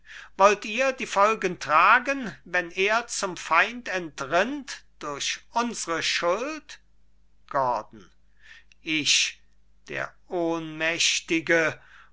wollt ihr die folgen tragen wenn er zum feind entrinnt durch unsre schuld gordon ich der ohnmächtige